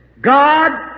God